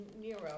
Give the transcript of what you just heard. Nero